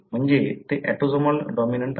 म्हणजे ते autosomal dominant आहे